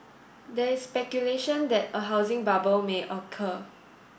there is speculation that a housing bubble may occur